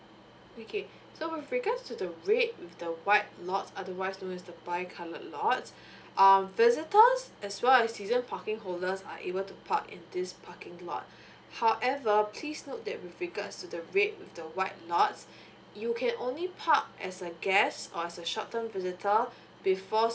okay so with regards to the red with the white lots otherwise known as the bi colored lots um visitors as well as season parking holders are able to park in these parking lot however please note that with regards to the red with the white lots you can only park as a guest or as a short term visitor before